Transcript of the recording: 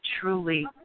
truly